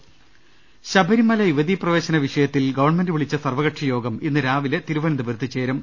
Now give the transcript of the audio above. ൾ ൽ ൾ ശബരിമല യുവതീ പ്രവേശന വിഷയത്തിൽ ഗവൺമെന്റ് വിളിച്ച സർവ്വകക്ഷിയോഗം ഇന്ന് തിരുവനന്തപുരത്ത് ചേരും